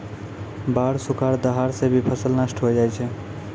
बाढ़, सुखाड़, दहाड़ सें भी फसल नष्ट होय जाय छै